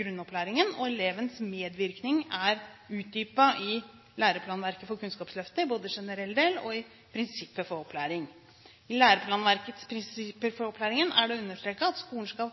grunnopplæringen. Elevens medvirkning er utdypet i læreplanverket for Kunnskapsløftet i både generell del og i prinsipper for opplæring. I læreplanverkets prinsipper for opplæringen er det understreket at skolen skal